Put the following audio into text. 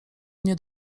mnie